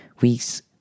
weeks